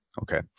okay